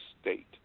state